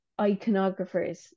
iconographers